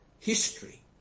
history